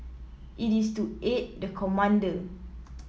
it is to aid the commander